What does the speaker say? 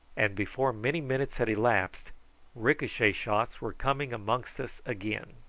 and before many minutes had elapsed ricochet shots were coming amongst as again.